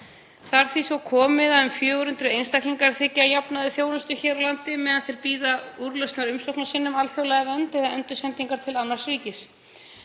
er því svo komið að um 400 einstaklingar þiggja að jafnaði þjónustu hér á landi meðan þeir bíða úrlausnar á umsókn sinni um alþjóðlega vernd eða endursendingar til annars ríkis.